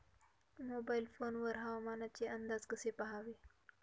Mobile phone वर हवामानाचे अंदाज कसे पहावे?